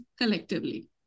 collectively